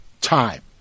time